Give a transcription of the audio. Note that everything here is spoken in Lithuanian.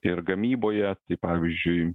ir gamyboje tai pavyzdžiui